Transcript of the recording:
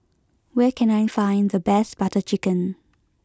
where can I find the best Butter Chicken